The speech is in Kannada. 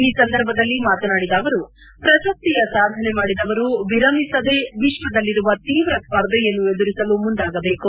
ಈ ಸಂದರ್ಭದಲ್ಲಿ ಮಾತನಾಡಿದ ಅವರು ಶ್ರಶಸ್ತಿಯ ಸಾಧನೆ ಮಾಡಿದವರು ವಿರಮಿಸದೆ ವಿಶ್ವದಲ್ಲಿರುವ ತೀವ್ರ ಸ್ಪರ್ಧೆಯನ್ನು ಎದುರಿಸಲು ಮುಂದಾಗಬೇಕು